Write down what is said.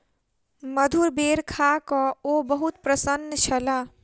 मधुर बेर खा कअ ओ बहुत प्रसन्न छलाह